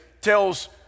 tells